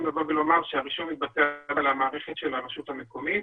לבוא ולומר שהרישום מתבצע במערכת של הרשות המקומית.